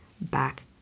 back